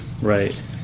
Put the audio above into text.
Right